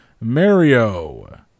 Mario